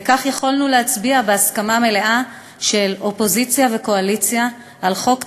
וכך יכולנו להצביע בהסכמה מלאה של אופוזיציה וקואליציה על חוק טוב,